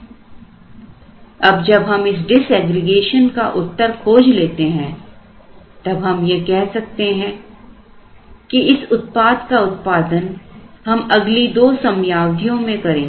अब जब हम इस डिसएग्रीगेशन का उत्तर खोज लेते हैं तब हम यह कह सकते हैं कि इस उत्पाद का उत्पादन हम अगली दो समयावधि में करेंगे